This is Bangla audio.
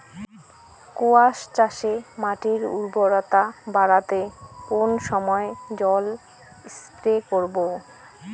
কোয়াস চাষে মাটির উর্বরতা বাড়াতে কোন সময় জল স্প্রে করব?